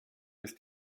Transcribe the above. ist